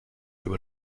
über